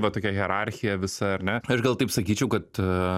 va tokia hierarchija visa ar ne aš gal taip sakyčiau kad